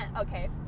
Okay